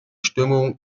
stimmung